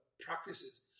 practices